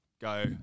go